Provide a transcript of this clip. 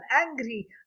angry